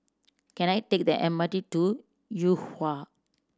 can I take the M R T to Yuhua